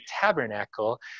tabernacle